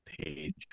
page